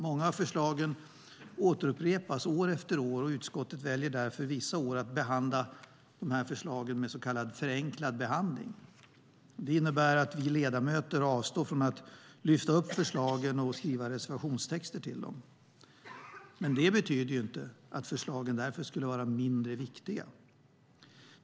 Många av förslagen upprepas år efter år, och utskottet väljer därför att vissa år behandla förslagen med så kallad förenklad behandling. Det innebär att vi ledamöter avstår från att lyfta upp förslagen och skriva reservationstexter till dem. Det betyder dock inte att förslagen skulle vara mindre viktiga.